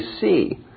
see